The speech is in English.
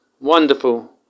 wonderful